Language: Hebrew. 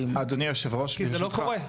מה זה "ללא הגבלה"?